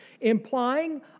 implying